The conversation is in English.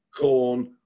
corn